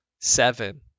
seven